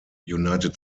united